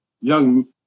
young